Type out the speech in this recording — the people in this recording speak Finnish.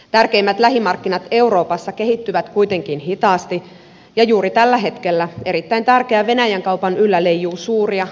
tärkeimmät lähimarkkinat euroopassa kehittyvät kuitenkin hitaasti ja juuri tällä hetkellä erittäin tärkeän venäjän kaupan yllä leijuu suuria tummia pilviä